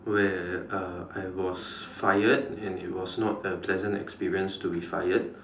where uh I was fired and it was not a pleasant experience to be fired